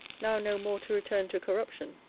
now no more to return to corruption,